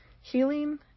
Healing